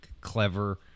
clever